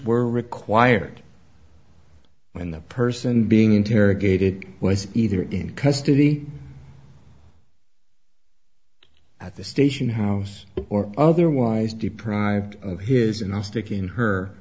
were required when the person being interrogated was either in custody at the station house or otherwise deprived of his enough sticking her